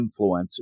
influencers